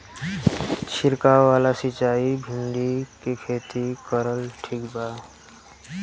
छीरकाव वाला सिचाई भिंडी के खेती मे करल ठीक बा?